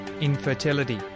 Infertility